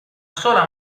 sola